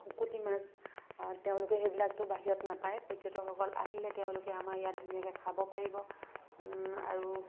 শুকতি মাছ তেওঁলোকে সেইবিলাকটো বাহিৰত নাপায় পৰ্যটকসকল আহিলে তেওঁলোকে আমাৰ ইয়াত ধুনীয়াকৈ খাব পাৰিব আৰু